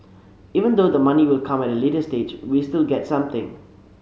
even though the money will come at a later stage we still get something